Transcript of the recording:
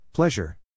Pleasure